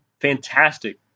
fantastic